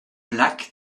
black